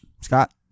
Scott